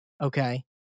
okay